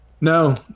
No